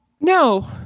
no